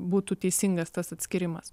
būtų teisingas tas atskyrimas